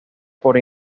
por